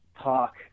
talk